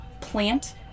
plant